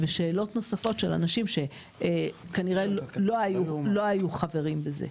ושאלות נוספות של אנשים שכנראה לא היו חברים בזה.